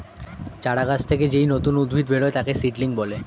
চারা গাছ থেকে যেই নতুন উদ্ভিদ বেরোয় তাকে সিডলিং বলে